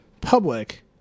public